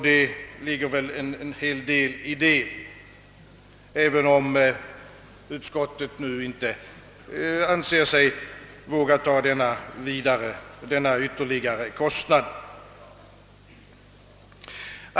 Det ligger väl en hel del i detta, även om utskottet nu inte anser sig våga förorda en sådan utvidgning med hänsyn till de ytterligare kostnader som skulle bli följden.